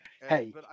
Hey